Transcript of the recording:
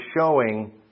showing